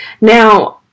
Now